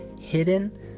hidden